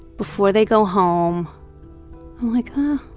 before they go home. i'm like, um ah